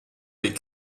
les